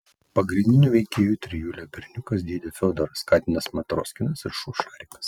pagrindinių veikėjų trijulė berniukas dėdė fiodoras katinas matroskinas ir šuo šarikas